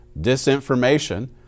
disinformation